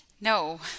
No